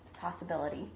possibility